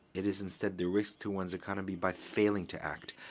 it is, instead, the risk to one's economy by failing to act.